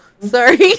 Sorry